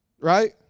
Right